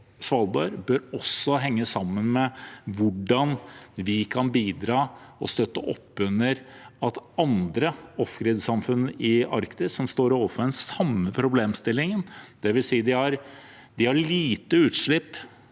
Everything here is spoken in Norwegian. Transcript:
Svalbard, også bør henge sammen med hvordan vi kan bidra og støtte opp under andre «off-grid»samfunn i Arktis, som står overfor den samme problemstillingen – dvs. at de har lite utslipp